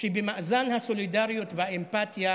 שבמאזן הסולידריות והאמפתיה